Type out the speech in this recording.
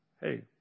hey